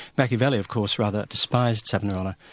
machiavelli of course rather despised savonarola,